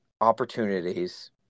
opportunities